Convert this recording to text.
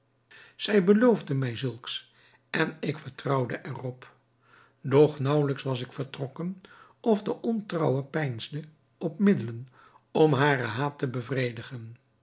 zij beloofde mij zulks en ik vertrouwde er op doch naauwelijks was ik vertrokken of de ontrouwe peinsde op middelen om haren haat te bevredigen